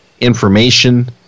information